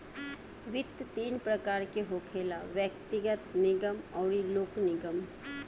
वित्त तीन प्रकार के होखेला व्यग्तिगत, निगम अउरी लोक निगम